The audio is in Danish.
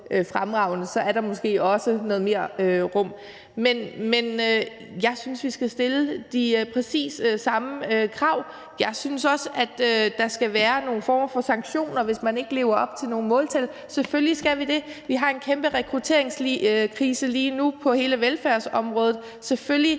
fremragende, så der måske også er noget mere rum. Men jeg synes, vi skal stille præcis de samme krav. Jeg synes også, at der skal være nogle former for sanktioner, hvis man ikke lever op til nogle måltal. Selvfølgelig. Vi har en kæmpe rekrutteringskrise lige nu på hele velfærdsområdet. Selvfølgelig